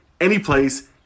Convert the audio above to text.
anyplace